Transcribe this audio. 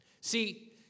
See